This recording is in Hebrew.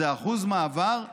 זה אחוז מעבר משמעותי.